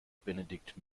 benedikt